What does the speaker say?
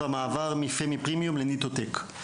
במעבר מ"פמי פרימיום" ל"ניטו טק".